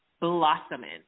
blossoming